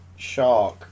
shark